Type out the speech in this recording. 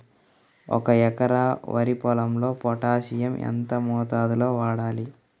ఒక ఎకరా వరి పొలంలో పోటాషియం ఎంత మోతాదులో వాడాలి?